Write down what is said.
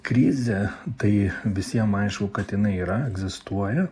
krizė tai visiem aišku kad jinai yra egzistuoja